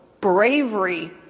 bravery